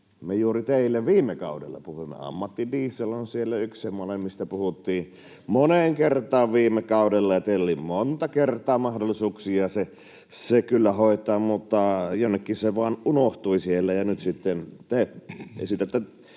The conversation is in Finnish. me juuri teille viime kaudella puhuimme. Ammattidiesel on siellä yksi semmoinen asia, [Tuomas Kettunen pyytää vastauspuheenvuoroa] mistä puhuttiin moneen kertaan viime kaudella, ja teillä oli monta kertaa mahdollisuuksia se kyllä hoitaa, mutta jonnekin se vaan unohtui siellä,